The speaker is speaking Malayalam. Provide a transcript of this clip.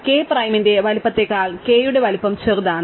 അതിനാൽ k പ്രൈമിന്റെ വലുപ്പത്തേക്കാൾ k യുടെ വലുപ്പം ചെറുതാണ്